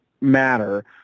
matter